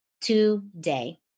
today